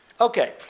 Okay